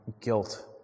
guilt